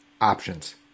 options